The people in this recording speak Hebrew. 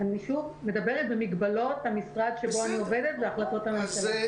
אני מדברת במגבלות המשרד שבו אני עובדת והחלטות הממשלה.